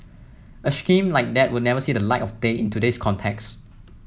a scheme like that would never see the light of day in today's context